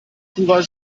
purer